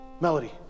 Melody